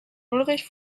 ulrich